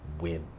win